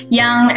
yang